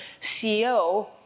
CEO